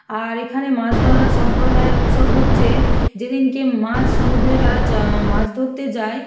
আর এখানে মাছ ধরা সম্প্রদায়ের উৎসব হচ্ছে যে দিনকে মাঝ সমুদ্রে তারা যা মাছ ধরতে যায়